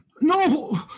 No